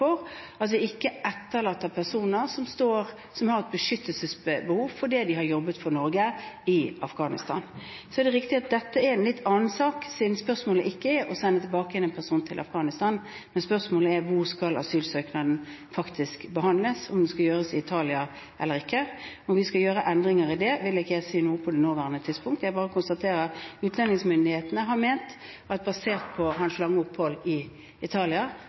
beskyttelsesbehov fordi de har jobbet for Norge i Afghanistan. Det er riktig at dette er en litt annen sak, siden spørsmålet ikke gjelder om man skal sende denne personen tilbake til Afghanistan. Spørsmålet er hvor asylsøknaden faktisk skal behandles, om det skal gjøres i Italia eller ikke. Om vi skal gjøre endringer i det, vil ikke jeg si noe om på det nåværende tidspunkt. Jeg bare konstaterer at utlendingsmyndighetene har ment at basert på hans lange opphold i Italia,